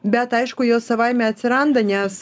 bet aišku jos savaime atsiranda nes